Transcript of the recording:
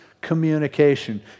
communication